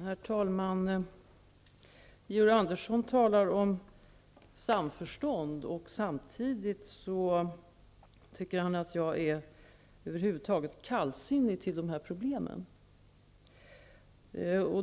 Herr talman! Georg Andersson talar om samförstånd samtidigt som han tycker att jag är kallsinnig till de här problemen.